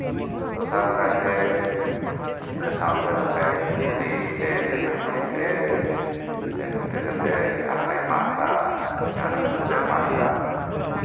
ᱫᱚᱥᱟᱨ ᱞᱮᱠᱟᱛᱮ ᱤᱱᱟᱹ ᱥᱟᱶᱛᱮ ᱯᱟᱥᱮᱡ ᱠᱩᱰᱤ ᱛᱮ ᱥᱮ ᱴᱟᱹᱢᱱᱤ ᱛᱮ ᱥᱮ ᱠᱟᱹᱴᱟᱹᱨᱤ ᱛᱮ ᱥᱟᱦᱟᱱᱮ ᱢᱟᱜ ᱮᱫᱟ ᱥᱮ ᱡᱟᱸᱦᱟᱱᱟᱜ ᱰᱟᱹᱨᱼᱮ ᱢᱟᱜ ᱮᱫᱟ